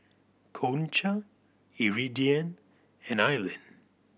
Concha Iridian and Aylin